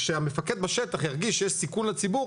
כשהמפקד בשטח ירגיש שיש סיכון לציבור,